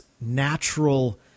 natural